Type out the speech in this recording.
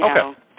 Okay